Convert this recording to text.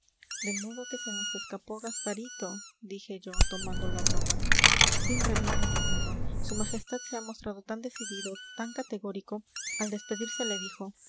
de modo que se nos escapó gasparito dije yo tomándolo a broma sin remedio ninguno su majestad se ha mostrado tan decidido tan categórico al despedirse le dijo